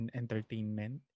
entertainment